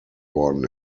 worden